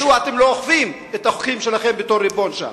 מדוע אתם לא אוכפים את החוקים שלכם בתור הריבון שם?